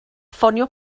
ffonio